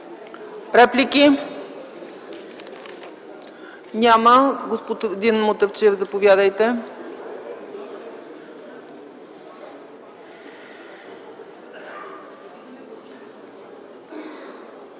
Реплики? Няма. Господин Мутафчиев, заповядайте.